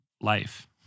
life